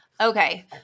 okay